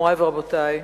מורי ורבותי,